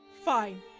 Fine